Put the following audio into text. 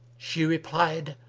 she replied,